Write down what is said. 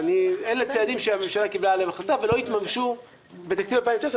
אבל אלה הצעדים שהממשלה קיבלה עליהם החלטה ולא התממשו בתקציב 2019,